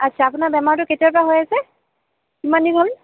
আচ্ছা আপোনাৰ বেমাৰটো কেতিয়াৰ পৰা হৈ আছে কিমান দিন হ'ল